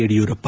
Yediyurappa